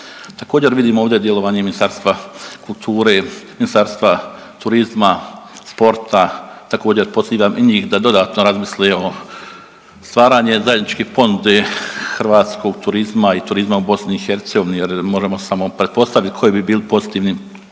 Također vidim ovdje djelovanje Ministarstva kulture, Ministarstva turizma, sporta, također pozivam i njih da dodatno razmisle o stvaranje zajedničke ponude hrvatskog turizma i turizma u BiH jer moremo samo pretpostaviti koji bi bili pozitivni